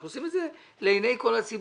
אנחנו עושים את זה לעיני כל הציבור.